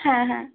হ্যাঁ হ্যাঁ